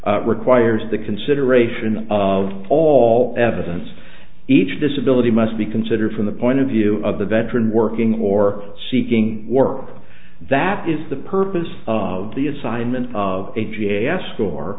o requires the consideration of all evidence each disability must be considered from the point of view of the veteran working or seeking work that is the purpose of the assignment of a g s score